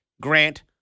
grant